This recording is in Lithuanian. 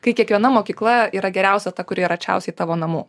kai kiekviena mokykla yra geriausia ta kuri yra arčiausiai tavo namų